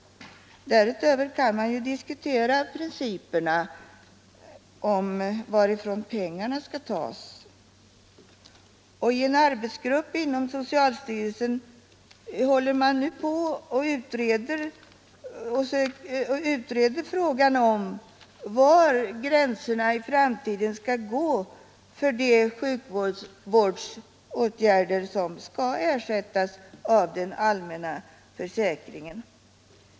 Därutöver kan man diskutera principerna om varifrån pengarna skall tas. En arbetsgrupp inom socialstyrelsen utreder nu frågan om var gränsen i framtiden skall gå för de sjukvårdsåtgärder som skall ersättas av den allmänna försäkringen.